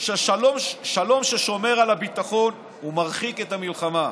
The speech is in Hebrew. שלום ששומר על הביטחון ומרחיק את המלחמה,